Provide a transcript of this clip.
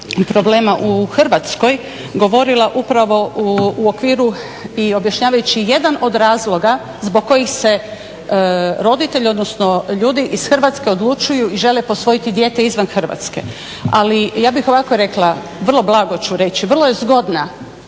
problema u Hrvatskoj govorila upravo u okviru i objašnjavajući jedan od razloga zbog kojih se roditelji odnosno ljudi iz Hrvatske odlučuju i žele posvojiti dijete izvan Hrvatske. Ali ja bih ovako rekla, vrlo blago ću reći, vrlo je zgodna